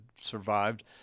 survived